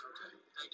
Okay